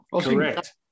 Correct